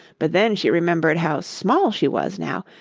but then she remembered how small she was now,